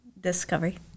Discovery